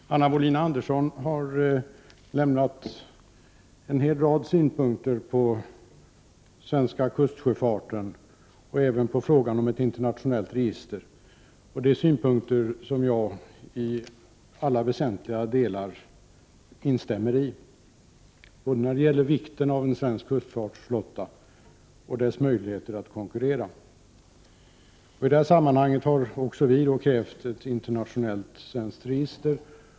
Herr talman! Anna Wohlin-Andersson har lämnat en hel rad synpunkter på den svenska kustsjöfarten och även på frågan om ett internationellt register. Det är synpunkter som jag i alla väsentliga delar instämmer i, både när det gäller vikten av en svensk kustfartsflotta och när det gäller dess möjligheter att konkurrera. I detta sammanhang har också vi krävt ett internationellt svenskt register.